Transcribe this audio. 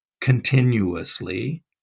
continuously